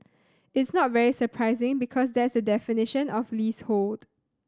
it's not very surprising because that's the definition of leasehold